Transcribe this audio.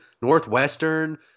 Northwestern